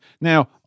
Now